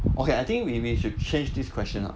okay I think we we you should change this question lah